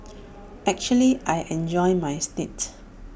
actually I enjoyed my stint